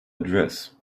address